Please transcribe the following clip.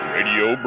Radio